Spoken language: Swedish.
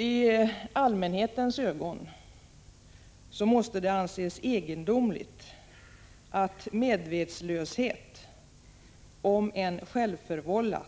I allmänhetens ögon måste det te sig egendomligt att medvetslöshet, om än självförvållad,